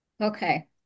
Okay